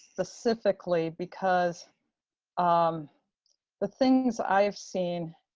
specifically because um the things i have seen